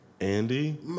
Andy